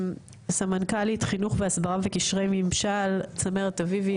סמנכ"לית חינוך והסברה וקשרי ממשל צמרת אביבי,